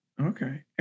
Okay